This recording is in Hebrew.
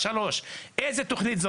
לא הוועדה המיוחדת ממנה את הנציגים של